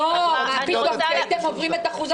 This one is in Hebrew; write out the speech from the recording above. לא, כי הייתם עוברים את אחוז החסימה.